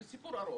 זה סיפור ארוך.